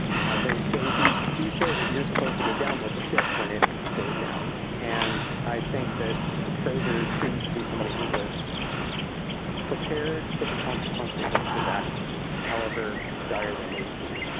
you know, they they do say that you're supposed to go down with the ship when it goes down and i think that crozier seems to be somebody who was prepared for the consequences of his actions, however dire they may be.